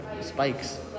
spikes